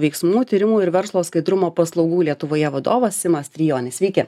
veiksmų tyrimų ir verslo skaidrumo paslaugų lietuvoje vadovas simas trijonis sveiki